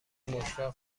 مشتاق